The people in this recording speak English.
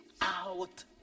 out